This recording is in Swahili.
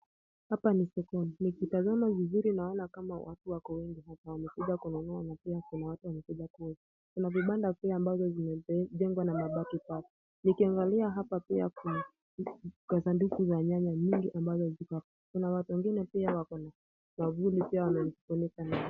Hapa ni sokoni, nikitazama vizuri naona kama watu wako wengi hapa wamekuja kununua na kuna watu wamekuja kuuza. Kuna vibanda pia vimejengwa na mabati pale nikiangalia hapa pia kuna sanduku za nyanya nyingi ambazo ziko. kuna watu wengine pia wako na mwavuli pia wamejifunika na.